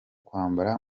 kwambara